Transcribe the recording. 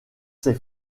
ses